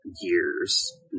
years